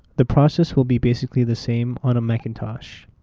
the process will be basically the same on a macintosh.